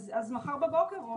אז מחר בבוקר,